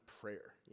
prayer